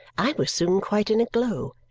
i was soon quite in a glow.